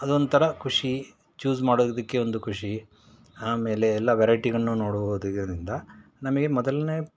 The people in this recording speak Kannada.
ಅದೊಂಥರ ಖುಷಿ ಚೂಸ್ ಮಾಡುವುದಕ್ಕೆ ಒಂದು ಖುಷಿ ಆಮೇಲೆ ಎಲ್ಲ ವೆರೈಟಿಗಳನ್ನೂ ನೋಡಬಹುದು ಇದರಿಂದ ನಮಗೆ ಮೊದಲನೇ